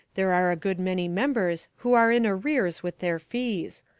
there are a good many members who are in arrears with their fees.